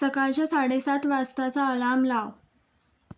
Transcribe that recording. सकाळच्या साडेसात वाजताचा अलाम लाव